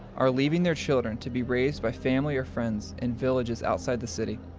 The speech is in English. are leaving their children to be raised by family or friends in villages outside the city,